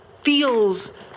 feels